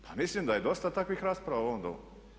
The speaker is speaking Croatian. Pa mislim da je dosta takvih rasprava u ovom Domu.